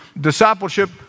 discipleship